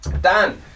Dan